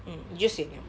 mm 你就 sian liao